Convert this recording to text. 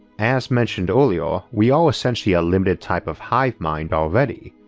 as mentioned earlier, we are essentially a limited type of hive mind already,